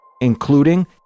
including